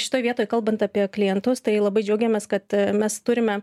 šitoj vietoj kalbant apie klientus tai labai džiaugiamės kad mes turime